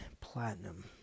Platinum